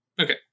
Okay